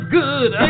good